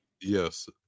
Yes